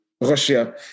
Russia